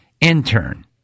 intern